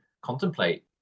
contemplate